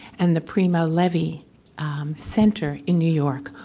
and the primo levi center in new york,